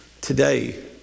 today